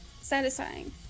Satisfying